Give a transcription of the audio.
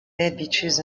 beaches